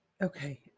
Okay